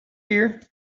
here